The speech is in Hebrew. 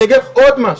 אני אגיד לך עוד משהו,